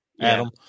Adam